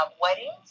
weddings